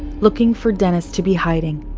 looking for dennis to be hiding.